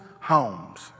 homes